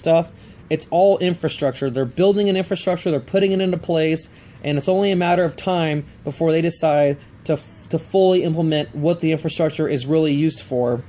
stuff it's all infrastructure they're building an infrastructure they're putting in in the place and it's only a matter of time before they decide to to fully implement what the infrastructure is really used for